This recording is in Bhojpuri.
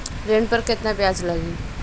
ऋण पर केतना ब्याज लगी?